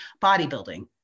bodybuilding